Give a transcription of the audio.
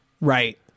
right